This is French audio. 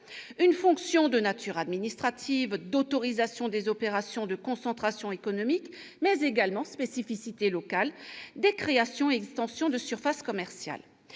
une fonction de nature administrative d'autorisation des opérations de concentration économique, mais également- spécificité locale -des créations et extensions de surfaces commerciales